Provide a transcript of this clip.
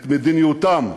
את מדיניותן,